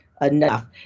enough